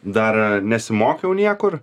dar nesimokiau niekur